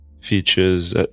features